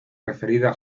referida